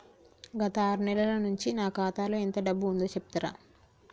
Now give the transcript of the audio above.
గత ఆరు నెలల నుంచి నా ఖాతా లో ఎంత డబ్బు ఉందో చెప్తరా?